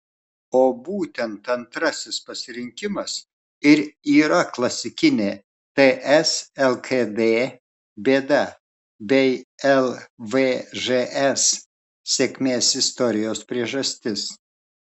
o būtent antrasis pasirinkimas ir yra klasikinė ts lkd bėda bei lvžs sėkmės istorijos priežastis